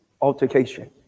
altercation